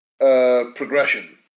Progression